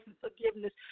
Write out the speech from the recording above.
forgiveness